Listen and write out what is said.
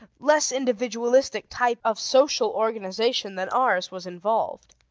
less individualistic type of social organization than ours was involved.